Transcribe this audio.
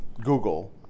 Google